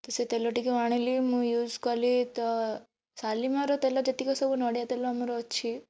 ତ ସେ ତେଲଟିକୁ ଆଣିଲି ମୁଁ ୟୁଜ୍ କଲି ତ ଶାଲିମାରର ତେଲ ଯେତିକି ସବୁ ନଡ଼ିଆ ତେଲ ଆମର ଅଛି